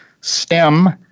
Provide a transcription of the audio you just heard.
STEM